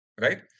Right